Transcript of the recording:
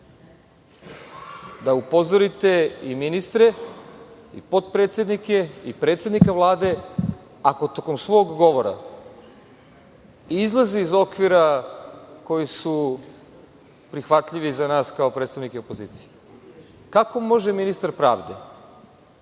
da upozorite i ministre i potpredsednike i predsednika Vlade ako tokom svog govora izlaze iz okvira koji su prihvatljivi za nas kao predstavnike opozicije. Kako može ministar pravde